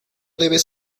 debes